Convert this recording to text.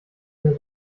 mehr